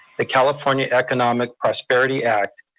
the california economic prosperity act,